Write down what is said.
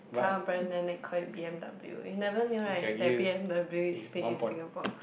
car brand then they call it B_M_W you never knew right that B_M_W is made in Singapore